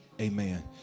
amen